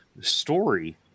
story